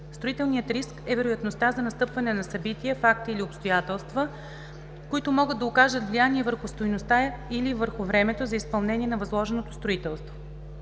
Строителният риск е вероятността за настъпване на събития, факти или обстоятелства, които могат да окажат влияние върху стойността или върху времето за изпълнение на възложеното строителство.